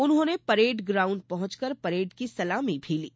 उन्होंने parade ground पहुँचकर parade की सलामी भी ली